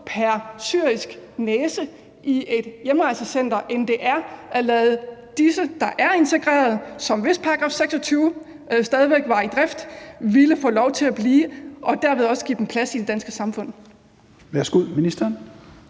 pr. syrisk næse i et hjemrejsecenter, end det er at lade dem, der er integreret – og som, hvis § 26 stadig væk var i drift, ville få lov til at blive her – blive og derved også give dem plads i det danske samfund?